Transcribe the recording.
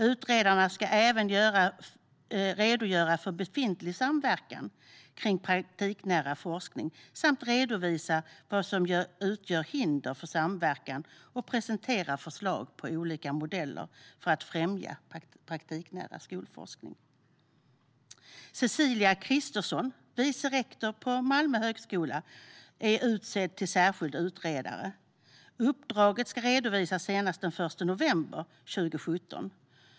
Utredarna ska även redogöra för befintlig samverkan vad gäller praktiknära forskning samt redovisa vad som utgör hinder för samverkan och sedan presentera förslag på olika modeller för att främja praktiknära skolforskning. Cecilia Christersson, vicerektor på Malmö högskola, är utsedd till särskild utredare. Uppdraget ska redovisas senast den 1 november 2017.